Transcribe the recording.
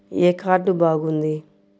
ఏ card బాగుంది?